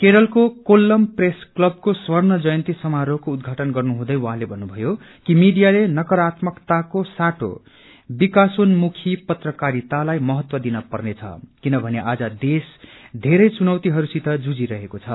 केरलको कोल्लम प्रेस क्लबको स्वर्ण जयन्ती समारोहको उद्दघाटन गर्नु हुँदै उहाँले भन्नुभयो कि मीडियाले नकारात्मकताको साटो विकासोन्मुखी पत्रकारितालाई महत्त्व दिन पर्नेछ किनभने आज देश धेरै चुनौतीहरूसित जुझिरहेको छ